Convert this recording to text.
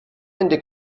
ende